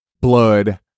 blood